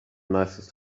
nicest